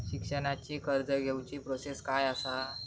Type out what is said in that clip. शिक्षणाची कर्ज घेऊची प्रोसेस काय असा?